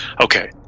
Okay